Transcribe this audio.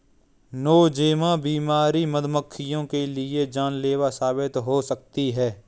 Nosema बीमारी मधुमक्खियों के लिए जानलेवा साबित हो सकती है